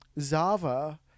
zava